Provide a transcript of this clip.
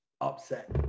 upset